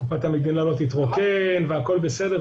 קופת המדינה לא תתרוקן והכול בסדר.